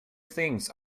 things